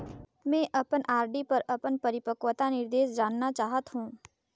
मैं अपन आर.डी पर अपन परिपक्वता निर्देश जानना चाहत हों